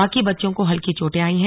बाकी बच्चों को हलकी चोटें आई हैं